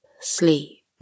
sleep